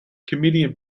comedian